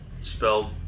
spelled